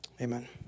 Amen